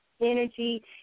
Energy